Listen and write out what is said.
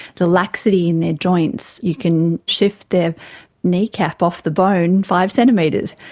the laxity in their joints, you can shift their knee cap off the bone five centimetres.